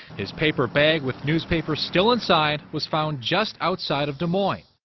his paper bag with newspapers still inside was found just outside of des moines.